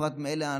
בפרט אלה,